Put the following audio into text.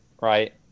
right